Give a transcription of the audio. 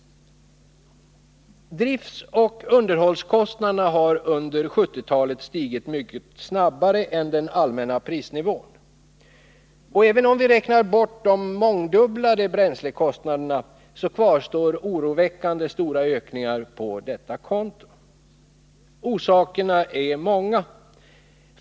Driftoch underhållskostnaderna har under 1970-talet stigit mycket snabbare än den allmänna prisnivån. Och även om vi räknar bort de mångdubblade bränslekostnaderna, kvarstår oroväckande stora ökningar på detta konto. Orsakerna är många.